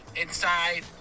inside